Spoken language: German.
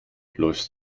läufst